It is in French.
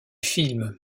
films